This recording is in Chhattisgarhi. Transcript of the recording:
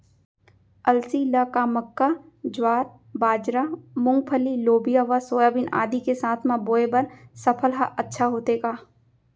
अलसी ल का मक्का, ज्वार, बाजरा, मूंगफली, लोबिया व सोयाबीन आदि के साथ म बोये बर सफल ह अच्छा होथे का?